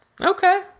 okay